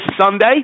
Sunday